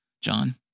John